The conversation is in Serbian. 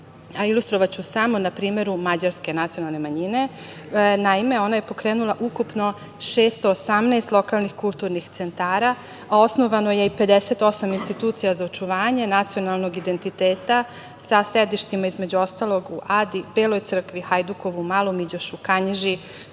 ilustrovaću samo na primeru Mađarske nacionalne manjine. Naime, ona je pokrenula ukupno 618 lokalnih kulturnih centara, a osnovano je i 58 institucija za očuvanje nacionalnog identiteta sa sedištima, između ostalog, u Adi, Beloj Crkvi, Hajdukovu, Malom Iđošu, Kanjiži,